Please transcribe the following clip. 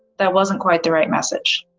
that wasn't quite the right message.